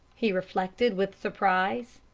he reflected, with surprise.